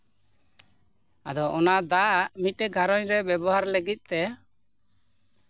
ᱟᱫᱚ ᱚᱱᱟ ᱫᱟᱜ ᱢᱤᱫᱴᱮᱱ ᱜᱷᱟᱸᱨᱚᱡᱽ ᱨᱮ ᱵᱮᱵᱚᱦᱟᱨ ᱞᱟᱹᱜᱤᱫ ᱛᱮ